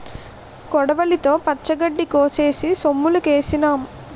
కొడవలితో పచ్చగడ్డి కోసేసి సొమ్ములుకేసినాం